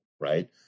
right